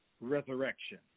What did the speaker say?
resurrection